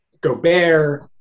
Gobert